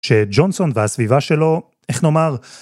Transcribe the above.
שג'ונסון והסביבה שלו, איך נאמר,